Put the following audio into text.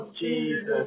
Jesus